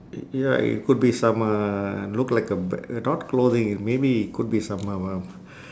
y~ ya it could be some uh look like a ba~ uh not clothing maybe could be some um um